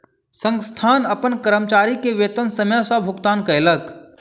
संस्थान अपन कर्मचारी के वेतन समय सॅ भुगतान कयलक